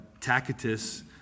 Tacitus